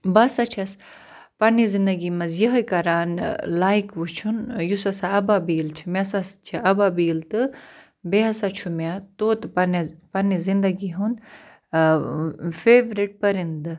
بہٕ ہَسا چھَس پنٛنہِ زِندَگی منٛز یِہٕے کَران لایِک وٕچھُن یُس ہَسا اَبابیٖل چھِ مےٚ ہَسا چھِ آبابیٖل تہٕ بیٚیہِ ہَسا چھُ مےٚ طوطہٕ پنٛنِس پنٛنہِ زِندَگی ہُنٛد فیٚورِٹ پٔرِنٛدٕ